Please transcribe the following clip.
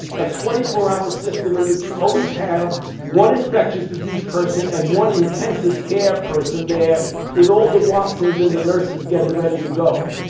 a twenty four hour system in which you always have one infectious disease person and one intensive care person there with all the watsons and the nurses getting ready to go.